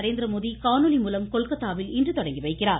நரேந்திரமோடி காணொலி மூலம் கொல்கத்தாவில் இன்று தொடங்கி வைக்கிறார்